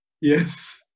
Yes